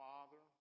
Father